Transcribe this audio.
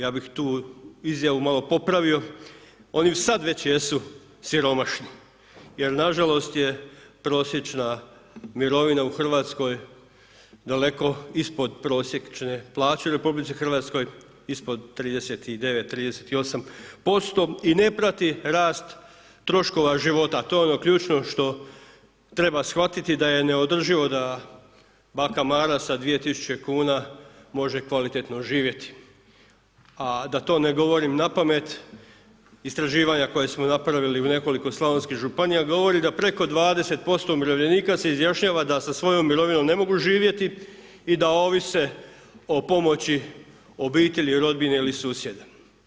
Ja bih tu izjavu malo popravio, oni sad već jedu siromašni jer nažalost je prosječna mirovina u Hrvatskoj daleko ispod prosječne plaće u RH, ispod 39, 38% i ne prati rast troškova života a to je ono ključno što treba shvatiti da je neodrživo da baka Mara sa 2000 kuna može kvalitetno živjeti a da to ne govorim napamet, istraživanja koja smo napravili u nekoliko slavonskih županija, govori preko 20% umirovljenika se izjašnjava da sa svojom mirovinom ne mogu živjeti i da ovise o pomoći obitelji, rodbine ili susjeda.